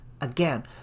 Again